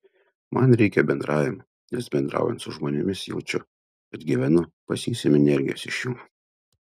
man reikia bendravimo nes bendraujant su žmonėmis jaučiu kad gyvenu pasisemiu energijos iš jų